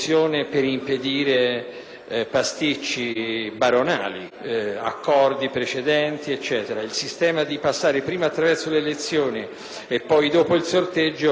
pasticci baronali, accordi precedenti eccetera. Il sistema di passare prima attraverso le elezioni e poi di procedere al sorteggio dà scarse garanzie.